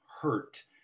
hurt